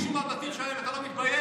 אנשים גורשו מהבתים שלהם, אתה לא מתבייש?